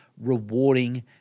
rewarding